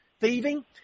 thieving